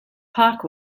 park